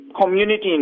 community